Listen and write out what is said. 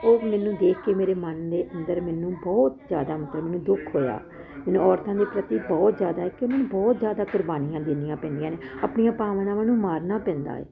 ਉਹ ਮੈਨੂੰ ਦੇਖ ਕੇ ਮੇਰੇ ਮਨ ਦੇ ਅੰਦਰ ਮੈਨੂੰ ਬਹੁਤ ਜਿਆਦਾ ਮਤਲਬ ਮੈਨੂੰ ਦੁੱਖ ਹੋਇਆ ਮੈਨੂੰ ਔਰਤਾਂ ਦੇ ਪ੍ਰਤੀ ਬਹੁਤ ਜਿਆਦਾ ਕਿ ਉਹਨਾਂ ਨੇ ਬਹੁਤ ਜਿਆਦਾ ਕੁਰਬਾਨੀਆਂ ਦੇਣੀਆਂ ਪੈਂਦੀਆਂ ਨੇ ਆਪਣੀਆਂ ਭਾਵਨਾਵਾਂ ਨੂੰ ਮਾਰਨਾ ਪੈਂਦਾ